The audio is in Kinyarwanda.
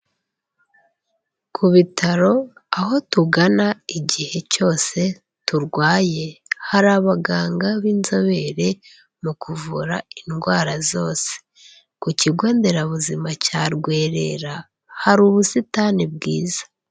Ku bitaro, aho tugana igihe cyose turwaye hari abaganga b'inzobere mu kuvura indwara zose. Ku kigo nderabuzima cya Rwerera hari ubusitani bwiza.